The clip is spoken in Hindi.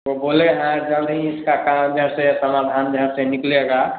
वह बोले हैं जल्द ही इसका कारण जैसे समाधान यहाँ से निकलेगा